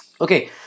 Okay